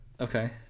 Okay